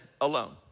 alone